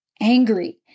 angry